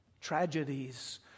tragedies